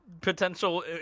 Potential